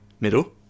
middle